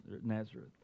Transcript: Nazareth